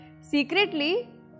Secretly